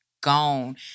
gone